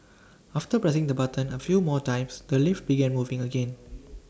after pressing the button A few more times the lift began moving again